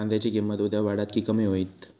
कांद्याची किंमत उद्या वाढात की कमी होईत?